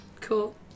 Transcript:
Cool